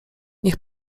niech